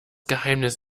geheimnis